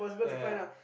yeah yeah yeah